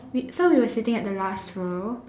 we so we were sitting at the last row